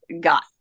got